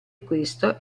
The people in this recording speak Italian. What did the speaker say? questo